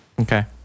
Okay